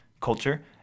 culture